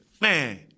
man